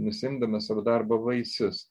nusiimdamas savo darbo vaisius